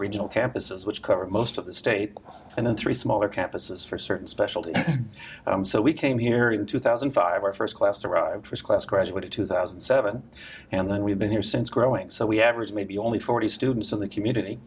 regional campuses which cover most of the state and then three smaller campuses for certain specialties so we came here in two thousand and five our first class arrived first class graduated two thousand and seven and then we've been here since growing so we average maybe only forty students in the